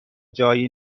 جایی